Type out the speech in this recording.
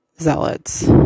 zealots